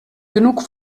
genug